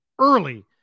early